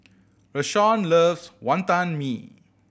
Rashawn loves Wantan Mee